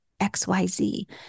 XYZ